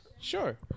Sure